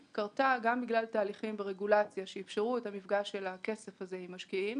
קרתה גם בגלל תהליכים ורגולציה שאפשרו את המפגש של הכסף הזה עם משקיעים,